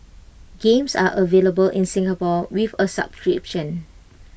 games are available in Singapore with A subscription